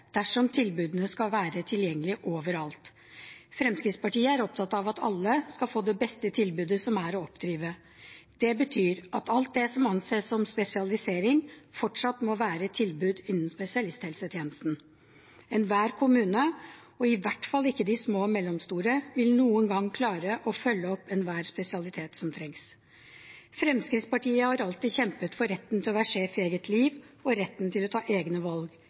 dersom tilbudene skal være tilgjengelig over alt. Fremskrittspartiet er opptatt av at alle skal få det beste tilbudet som er å oppdrive. Det betyr at alt det som anses som spesialisering, fortsatt må være et tilbud innen spesialisthelsetjenesten. Ingen kommune, og i hvert fall ikke de små og mellomstore, vil noen gang klare å følge opp enhver spesialitet som trengs. Fremskrittspartiet har alltid kjempet for retten til å være sjef i eget liv og retten til å ta egne valg.